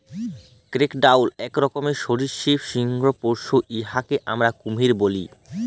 crocodile ইক রকমের সরীসৃপ হিংস্র পশু উয়াকে আমরা কুমির ব্যলি